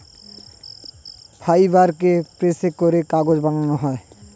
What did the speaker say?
ফাইবারকে প্রসেস করে কাগজ বানানো হয়